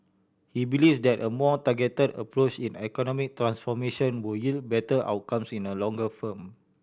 he believes that a more targeted approach in economic transformation would yield better outcomes in the longer form